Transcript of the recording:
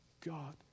God